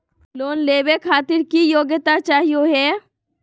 Loan लेवे खातीर की योग्यता चाहियो हे?